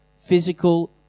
physical